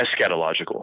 eschatological